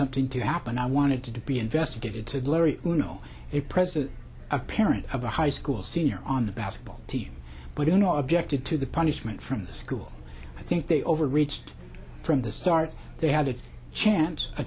something to happen i wanted to be investigated said larry you know a present a parent of a high school senior on the basketball team but you know objected to the punishment from the school i think they overreached from the start they had a chance a